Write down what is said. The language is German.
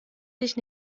dich